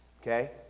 Okay